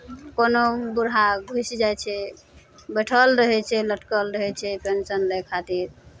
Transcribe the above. कोनो बूढ़ा घुसि जाइ छै बैठल रहै छै लटकल रहै छै पेंशन लै खातिर